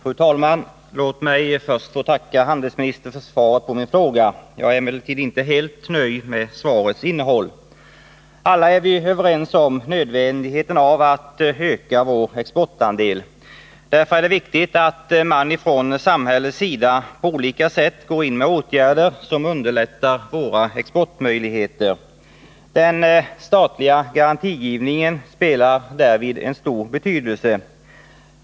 Fru talman! Låt mig först få tacka handelsministern för svaret på min fråga. Jag är emellertid inte helt nöjd med svarets innehåll. Alla är vi överens om nödvändigheten av att öka vår exportandel. Därför är det viktigt att staten på olika sätt går in med åtgärder som underlättar våra exportmöjligheter. Den statliga garantigivningen spelar därvid en stor roll.